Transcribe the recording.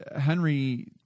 Henry